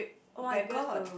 oh-my-god